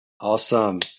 Awesome